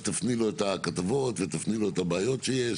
אז תפני לו את הכתבות ותפני לו את הבעיות שיש